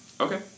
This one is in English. Okay